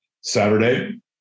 Saturday